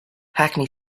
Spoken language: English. hackney